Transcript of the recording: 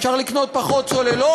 אפשר לקנות פחות צוללות.